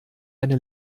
eine